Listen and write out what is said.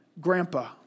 grandpa